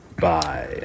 Bye